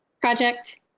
project